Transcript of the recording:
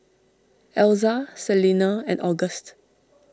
Elza Selena and August